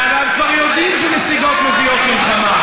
וכבר יודעים שנסיגות מביאות מלחמה,